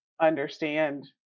understand